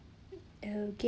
okay